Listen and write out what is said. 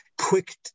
quick